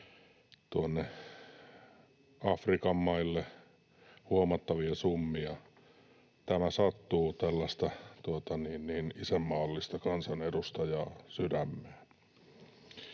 Afrikan maille huomattavia summia. Tämä sattuu tällaista isänmaallista kansanedustajaa sydämeen.